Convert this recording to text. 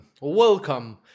welcome